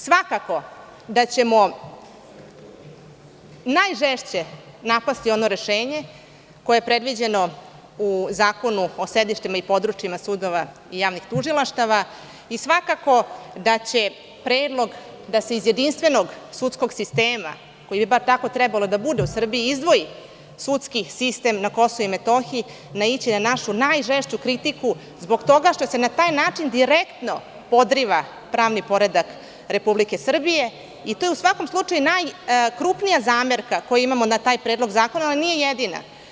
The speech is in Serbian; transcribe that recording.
Svakako da ćemo najžešće napasti ono rešenje koje je predviđeno u Zakonu o sedištima i područjima sudova i javnih tužilaštava i svakako da će predlog da se iz jedinstvenog sudskog sistema izdvoji sudski sistem na Kosovu i Metohiji, naići na našu najžešću kritiku zbog toga što se na taj način direktno podriva pravni poredak Republike Srbije i to je u svakom slučaju najkrupnija zamerka koju imamo na taj predlog zakona, ali nije jedina.